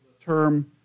term